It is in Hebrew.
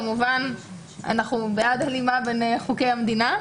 כמובן אנחנו בעד הלימה בין חוקי המדינה.